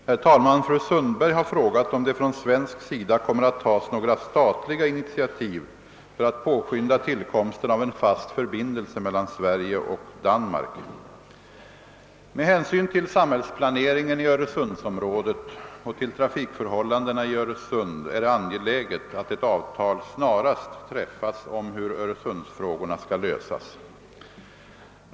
Herr talman! Fru Sundberg har frågat om det från svensk sida kommer att tas några statliga initiativ för att påskynda tillkomsten av en fast förbindelse mellan Sverige och Danmark. Med hänsyn till samhällsplaneringen i Öresundsområdet och till trafikförhållandena i Öresund är det angeläget att ett avtal snarast träffas om hur Öresundsfrågorna skall lösas.